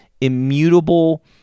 immutable